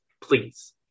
please